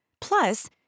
Plus